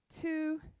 two